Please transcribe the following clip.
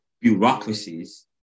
bureaucracies